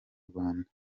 rwanda